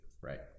Right